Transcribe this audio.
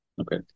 Okay